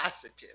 positive